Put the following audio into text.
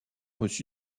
reçu